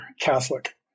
Catholic